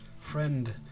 friend